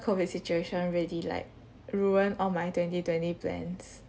COVID situation really like ruined all my twenty twenty plans